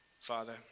Father